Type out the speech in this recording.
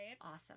Awesome